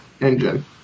Engine